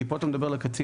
כי פה אתה מדבר על הקצין.